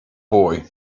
boy